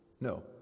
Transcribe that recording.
No